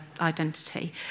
identity